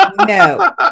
No